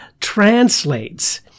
translates